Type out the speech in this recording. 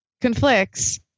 conflicts